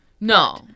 No